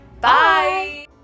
Bye